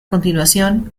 continuación